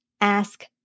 ask